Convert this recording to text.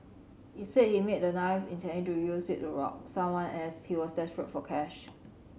he said he made the knife intending to use it to rob someone as he was desperate for cash